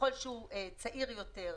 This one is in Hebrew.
ככל שהוא צעיר יותר,